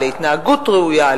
להתנהגות ראויה,